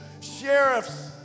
sheriffs